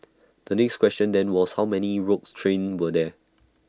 the next question then was how many rogue train were there